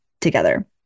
together